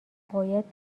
باید